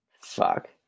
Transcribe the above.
Fuck